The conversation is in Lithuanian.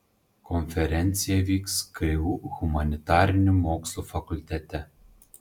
konferencija vyks ku humanitarinių mokslų fakultete